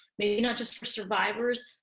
maybe not just for survivors,